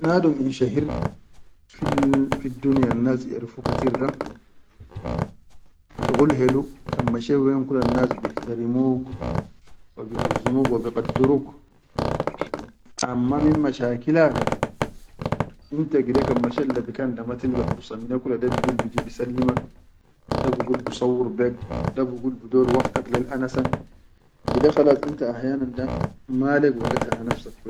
Nadum in shahir fiddunya nasʼerrufu katir da shuqul helu kan masha yenn kula nas biterhimu wa biʼazzumu wa bikadduruk, amma min mashakila kan, inta gide kan mashet le bigan dan ma tilga fursa da bigol biji bi sallimak da busauwuru lek da bigol bidor waqtak lel anasa gide khalas inta ahyanan da ma lek waqit hana nafsak.